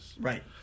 Right